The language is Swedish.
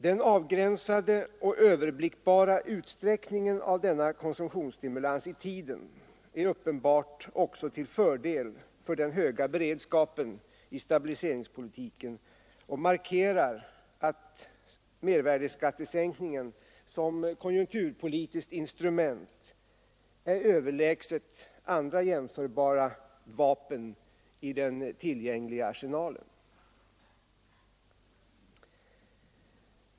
Den avgränsade och överblickbara utsträckningen av denna konsumtionsstimulans i tiden är uppenbart också till fördel för den höga beredskapen i stabiliseringspolitiken och markerar att mervärdeskattesänkningen som konjunkturpolitiskt instrument är överlägset andra jämförbara vapen i den tillgängliga arsenalen.